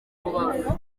rubavu